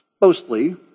mostly